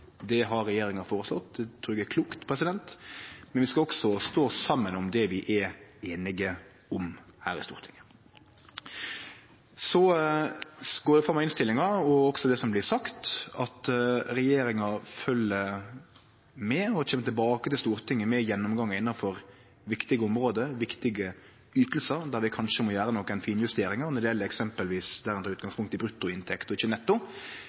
Det har regjeringa føreslått, og det trur eg er klokt. Men vi skal også stå saman om det vi er einige om her i Stortinget. Det går fram av innstillinga og også det som blir sagt, at regjeringa følgjer med og kjem tilbake til Stortinget med gjennomgangar innanfor viktige område, viktige ytingar, der vi kanskje må gjere nokre finjusteringar. Det gjeld eksempelvis der ein tek utgangspunkt i bruttoinntekt og